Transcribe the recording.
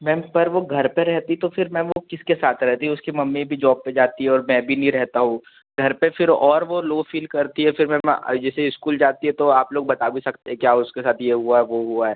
ma'am पर वो घर पर रहती तो फिर मैम वो किसके साथ रहेती उसकी मम्मी भी जॉब पर जाती है और मैं भी नहीं रहता हूँ घर पर फिर और वो लो फ़ील करती है फिर मैम जैसे इस्कूल जाती है तो आप लोग बता भी सकते हैं क्या उसके साथ ये हुआ वो हुआ है